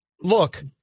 look